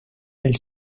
elles